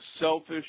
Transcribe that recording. selfish